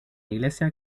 iglesia